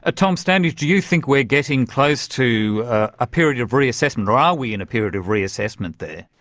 ah tom standage, do you think we are getting close to a period of reassessment, or are ah we in a period of reassessment there?